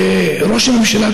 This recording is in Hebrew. ראש הממשלה,